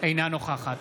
אינה נוכחת